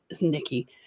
Nikki